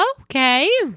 Okay